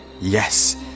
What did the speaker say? yes